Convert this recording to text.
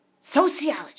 sociology